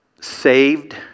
Saved